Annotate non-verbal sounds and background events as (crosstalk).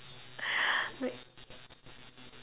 (noise) like